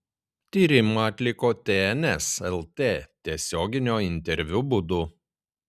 tyrimą atliko tns lt tiesioginio interviu būdu